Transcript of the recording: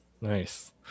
Nice